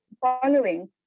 following